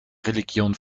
religion